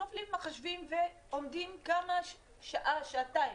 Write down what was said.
נופלים מחשבים, ועומדים שעה, שעתיים.